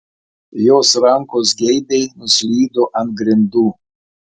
jos rankos geibiai nuslydo ant grindų